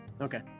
Okay